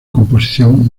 composición